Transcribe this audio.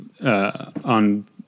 on